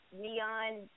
neon